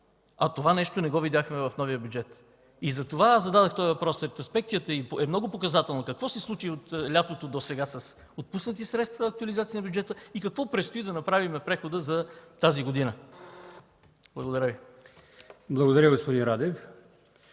а това нещо не го видяхме в новия бюджет. Затова аз зададох този въпрос, ретроспекцията е много показателна, какво се случи от лятото досега с отпуснати средства и актуализация на бюджета и какво предстои да направим прехода за тази година? Благодаря Ви. ПРЕДСЕДАТЕЛ